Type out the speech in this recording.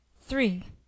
three